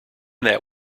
that